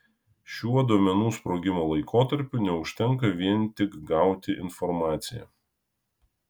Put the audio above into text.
šiuo duomenų sprogimo laikotarpiu neužtenka vien tik gauti informaciją